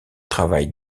travaille